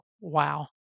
wow